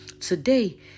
Today